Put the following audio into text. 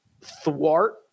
thwart